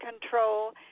control